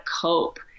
cope